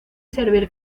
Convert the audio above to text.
servir